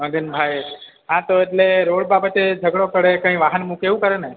મગનભાઈ હા તો એટલે રોડ બાબતે ઝગડો કરે કંઈ વાહન મૂકે એવું કરે ને